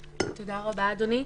בבקשה.